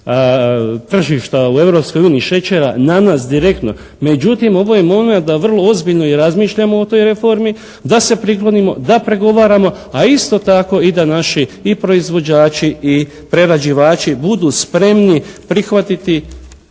uniji šećera na nas direktno, međutim ovo je momenat da vrlo ozbiljno i razmišljamo o toj reformi, da se priklonimo, da pregovaramo, a isto tako i da naši i proizvođači i prerađivači budu spremni prihvatiti